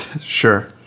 Sure